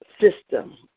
system